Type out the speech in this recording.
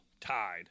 tied